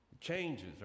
Changes